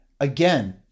again